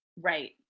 Right